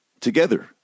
together